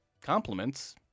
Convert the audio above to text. compliments